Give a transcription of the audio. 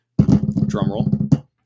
Drumroll